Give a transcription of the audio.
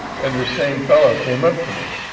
and the same fellow came up to me,